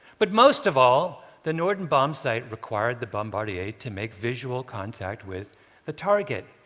but most of all, the norden bombsight required the bombardier to make visual contact with the target.